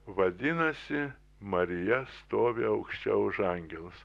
vadinasi marija stovi aukščiau už angelus